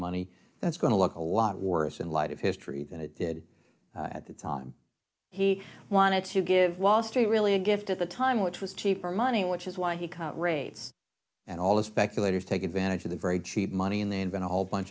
money that's going to look a lot worse in light of history that it did at the time he wanted to give wall street really a gift at the time which was cheaper money which is why he cut rates and all the speculators take advantage of the very cheap money and they invent a whole bunch